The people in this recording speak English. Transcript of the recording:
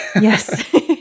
Yes